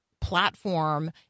platform